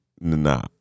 Nah